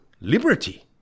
liberty